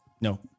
No